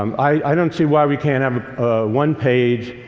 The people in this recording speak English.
um i don't see why we can't have a one-page,